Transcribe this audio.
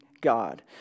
God